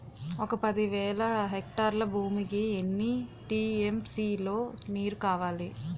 ఒక పది వేల హెక్టార్ల భూమికి ఎన్ని టీ.ఎం.సీ లో నీరు కావాలి?